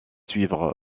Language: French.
suivre